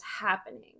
happening